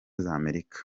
z’amerika